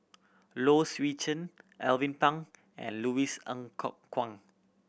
Low Swee Chen Alvin Pang and Louis Ng Kok Kwang